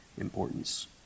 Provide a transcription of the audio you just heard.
importance